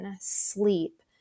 sleep